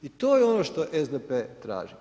I to je ono što SDP traži.